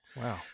Wow